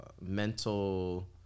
Mental